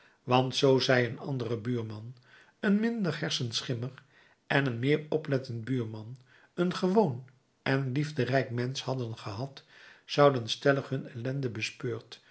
want zoo zij een anderen buurman een minder hersenschimmig en meer oplettend buurman een gewoon en liefderijk mensch hadden gehad zouden stellig hun ellende